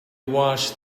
watched